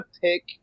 pick